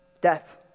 death